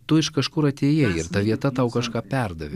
tu iš kažkur atėjai ir ta vieta tau kažką perdavė